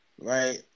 Right